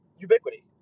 Ubiquity